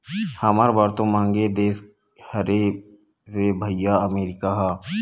हमर बर तो मंहगे देश हरे रे भइया अमरीका ह